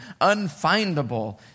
unfindable